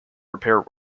repair